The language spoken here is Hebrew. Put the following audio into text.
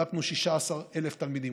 בדקנו 16,000 תלמידים,